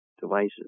devices